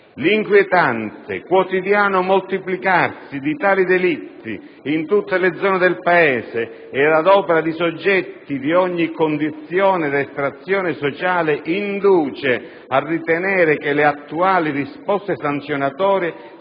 «L'inquietante, quotidiano moltiplicarsi di tali delitti, in tutte le zone del Paese e ad opera di soggetti di ogni condizione ed estrazione sociale, induce a ritenere che le attuali risposte sanzionatorie